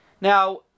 Now